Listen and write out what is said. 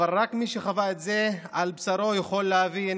אבל רק מי שחווה את זה על בשרו יכול להבין.